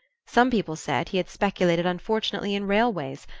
some people said he had speculated unfortunately in railways,